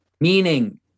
meaning